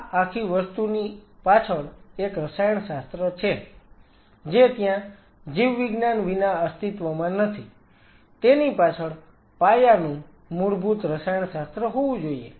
આ આખી વસ્તુની પાછળ એક રસાયણશાસ્ત્ર છે જે ત્યાં જીવવિજ્ઞાન વિના અસ્તિત્વમાં નથી તેની પાછળ પાયાનું મૂળભૂત રસાયણશાસ્ત્ર હોવું જોઈએ